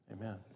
Amen